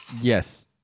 Yes